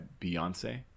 Beyonce